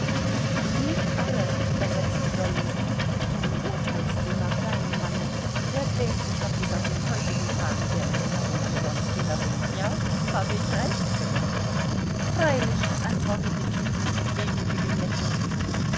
nicht alle versetzte dolly du urteilst so nach deinem manne der quält sich noch bis auf den heutigen tag mit der erinnerung an wronski herum ja habe ich recht freilich antwortete kitty mit wehmütigem lächeln